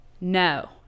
no